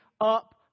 up